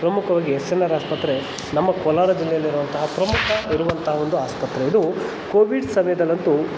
ಪ್ರಮುಖವಾಗಿ S N R ಆಸ್ಪತ್ರೆ ನಮ್ಮ ಕೋಲಾರ ಜಿಲ್ಲೆಯಲ್ಲಿರುವಂತಹ ಪ್ರಮುಖ ಇರುವಂತಹ ಒಂದು ಆಸ್ಪತ್ರೆ ಇದು ಕೋವಿಡ್ ಸಮಯದಲ್ಲಂತೂ